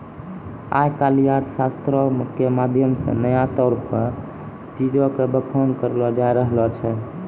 आइ काल्हि अर्थशास्त्रो के माध्यम से नया तौर पे चीजो के बखान करलो जाय रहलो छै